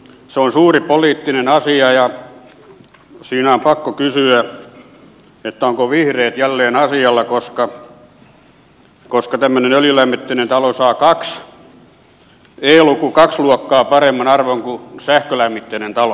se on suuri poliittinen asia ja siinä on pakko kysyä ovatko vihreät jälleen asialla koska tämmöinen öljylämmitteinen talo saa e luvussa kaksi luokkaa paremman arvon kuin sähkölämmitteinen talo